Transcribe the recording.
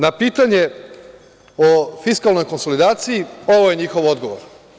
Na pitanje o fiskalnoj konsolidaciji, ovo je njihov odgovor.